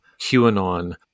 QAnon